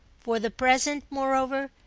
for the present, moreover,